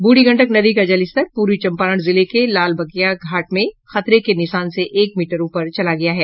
बूढ़ी गंडक नदी का जलस्तर पूर्वी चम्पारण जिले के लालबगिया घाट में खतरे के निशान से एक मीटर ऊपर चला गया है